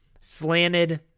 slanted